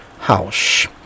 house